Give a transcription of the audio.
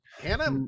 Hannah